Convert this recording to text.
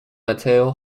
mateo